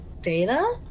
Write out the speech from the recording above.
Data